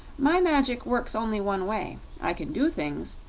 my magic works only one way. i can do things,